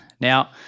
Now